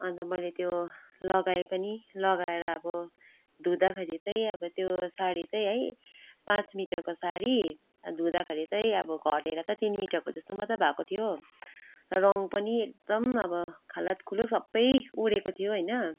अन्त मैले त्यो लगाए पनि लगाएर अब धुँदाखेरि चाहिँ आअब त्यो सारी चाहिँ है पाँच मिटरको साडी धुँदाखेरि चाहिँ अब घटेर त तिन मिटरको जस्तो मात्रै भएको थियो र रङ्ग पनि एकदम अब खालातखुलुत सबै उडेको थियो होइन